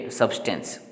substance